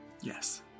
Yes